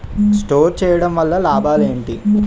Store చేయడం వల్ల లాభాలు ఏంటి?